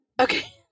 Okay